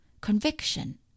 conviction